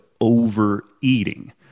overeating